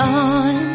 on